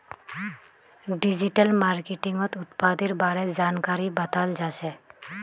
digital मार्केटिंगत उत्पादेर बारे जानकारी बताल जाछेक